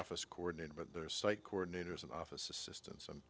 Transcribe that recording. office coordinator but their site coordinators and office assistance and